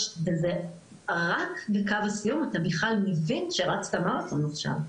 רק בקו הסיום אתה בכלל מבין שרצת מרתון עכשיו.